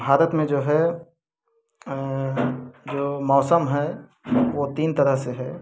भारत में जो है जो मौसम है वो तीन तरह से है